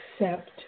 accept